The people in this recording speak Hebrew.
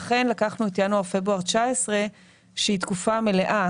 לכן לקחנו את ינואר-פברואר 2019 שהיא תקופה מלאה.